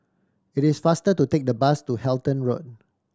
it is faster to take the bus to Halton Road